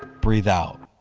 breathe out,